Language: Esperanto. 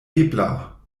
ebla